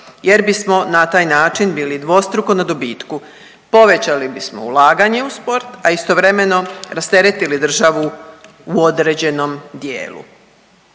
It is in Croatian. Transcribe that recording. jer bismo na taj način bili dvostruko na dobitku, povećali bismo ulaganje u sport, a istovremeno rasteretili državu u određenom dijelu.